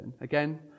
Again